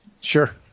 Sure